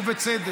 ובצדק.